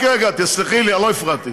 רק רגע, תסלחי לי, אני לא הפרעתי.